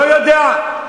לא יודע,